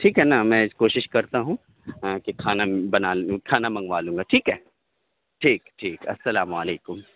ٹھیک ہے نا میں کوشش کرتا ہوں کہ کھانا بنا کھانا منگوا لوں گا ٹھیک ہے ٹھیک ٹھیک السلام علیکم